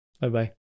bye-bye